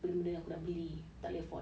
benda-benda yang aku nak beli takleh afford